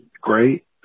great